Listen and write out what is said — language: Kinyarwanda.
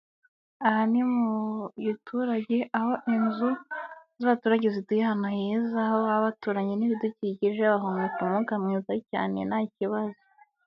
Aha ni mu giturage, aho inzu z'abaturage zituye ahantu heza. Aho baba baturanye n'ibidukikije bahumeka umwuka mwiza cyane nta kibazo.